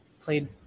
Played